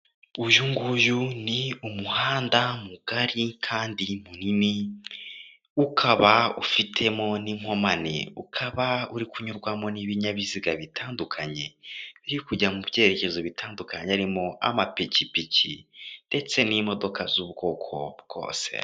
Uyu nguyu ni umuhanda mugari kandi munini, ukaba ufitemo n'inkomane ukaba uri kunyurwamo n'ibinyabiziga bitandukanye biri kujya mu byerekezo bitandukanye, harimo amapikipiki ndetse n'imodoka z'ubwoko bwose,